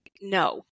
no